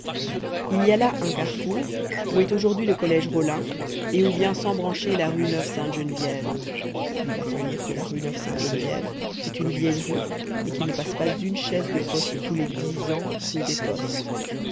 il y a là un carrefour où est aujourd'hui le collège rollin et où vient s'embrancher la rue neuve-sainte-geneviève il va sans dire que la rue neuve-sainte-geneviève est une vieille rue et qu'il ne passe pas une chaise de poste tous les dix ans rue des postes